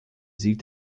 sieg